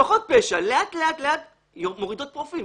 משפחות פשע לאט לאט מורידות פרופיל.